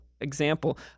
example